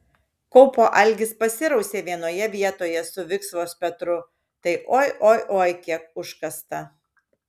kaupo algis pasirausė vienoje vietoje su viksvos petru tai oi oi oi kiek užkasta